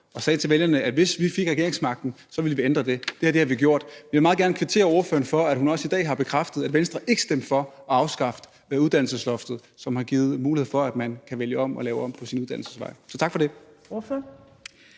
vi sagde til vælgerne, at hvis vi fik regeringsmagten, ville vi ændre det. Det har vi gjort. Men jeg vil meget gerne kvittere ordføreren for, at hun også i dag har bekræftet, at Venstre ikke stemte for at afskaffe uddannelsesloftet, som har givet mulighed for at vælge om og lave om på ens uddannelsesvej. Så tak for det.